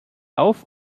auf